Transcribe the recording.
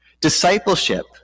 Discipleship